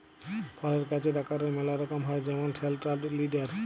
ফলের গাহাচের আকারের ম্যালা রকম হ্যয় যেমল সেলট্রাল লিডার